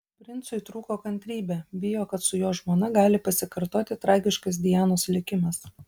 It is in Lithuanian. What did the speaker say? princui trūko kantrybė bijo kad su jo žmona gali pasikartoti tragiškas dianos likimas